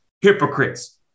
hypocrites